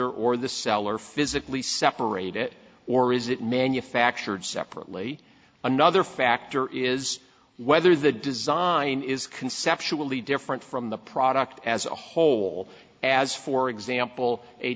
r or the seller physically separate it or is it manufactured separately another factor is whether the design is conceptually different from the product as a whole as for example a